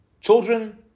Children